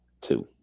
two